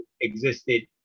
existed